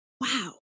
wow